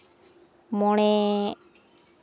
ᱢᱚᱬᱮ